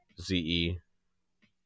Z-E